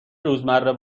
روزمره